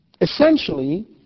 Essentially